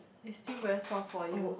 is still very soft for you